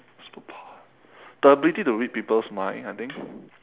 superpower the ability to read people's mind I think